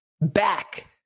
back